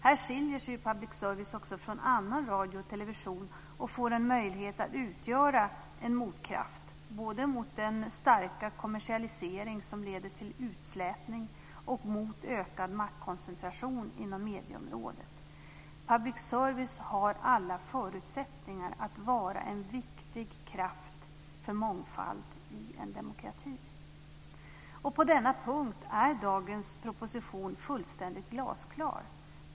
Här skiljer sig public service från annan radio och television och får en möjlighet att utgöra en motkraft både mot den starka kommersialisering som leder till utslätning och mot ökad maktkoncentration på medieområdet. Public service har alla förutsättningar att vara en viktig kraft för mångfald i en demokrati. På denna punkt är dagens proposition fullständigt glasklar.